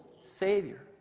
Savior